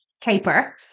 caper